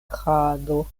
krado